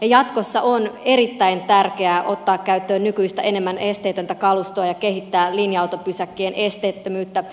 jatkossa on erittäin tärkeää ottaa käyttöön nykyistä enemmän esteetöntä kalustoa ja kehittää linja autopysäkkien esteettömyyttä